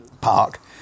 Park